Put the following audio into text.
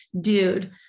dude